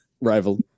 rival